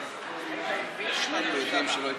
עשר דקות לרשותך,